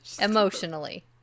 Emotionally